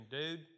dude